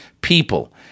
people